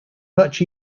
much